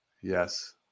Yes